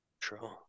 True